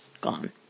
gone